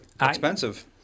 expensive